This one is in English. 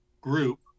group